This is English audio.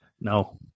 No